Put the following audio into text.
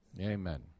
Amen